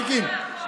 אלקין,